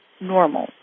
normal